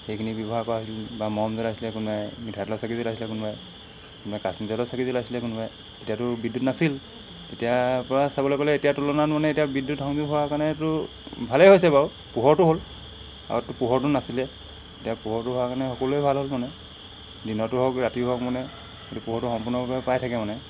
সেইখিনি ব্যৱহাৰ কৰা হৈছিল বা মম জ্বলাইছিলে কোনোবাই মিঠা তেলৰ চাকি জ্বলাইছিলে কোনোবাই কোনবাই বা কেৰাচিন তেলৰ চাকি জ্বলাইছিলে কোনোবাই এতিয়াতো বিদ্যুৎ নাছিল এতিয়াৰপৰা চাবলৈ গ'লে এতিয়াৰ তুলনাত মানে এতিয়া বিদ্যুৎ সংযোগ হোৱাৰ কাৰণেটো ভালেই হৈছে বাৰু পোহৰটো হ'ল আগতটো পোহৰটোও নাছিলে এতিয়া পোহৰটো হোৱাৰ কাৰণে সকলোৱে ভাল হ'ল মানে দিনতো হওক ৰাতি হওক মানে পোহৰটো সম্পূৰ্ণভাৱে পাই থাকে মানে